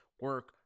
Work